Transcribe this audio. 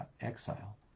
exile